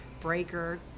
Breaker